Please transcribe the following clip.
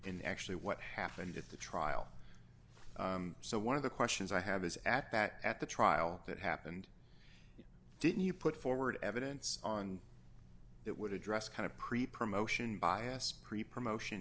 and actually what happened at the trial so one of the questions i have is at that at the trial that happened didn't you put forward evidence on that would address kind of pre print motion biassed creeper motion